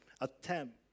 attempt